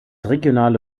regionale